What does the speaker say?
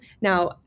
Now